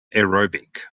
aerobic